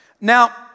Now